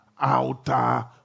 Outer